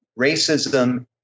racism